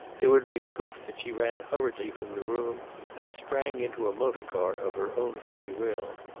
there would be proof that she ran hurriedly from the room and sprang into a motor-car of her own free will.